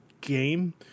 Game